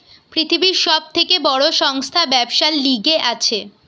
পৃথিবীর সব থেকে বড় সংস্থা ব্যবসার লিগে আছে